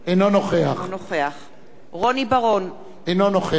רוני בר-און, אינו נוכח אהוד ברק,